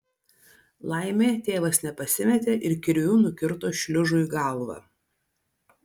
laimė tėvas nepasimetė ir kirviu nukirto šliužui galvą